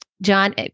John